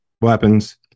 Weapons